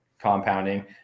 compounding